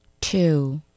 Two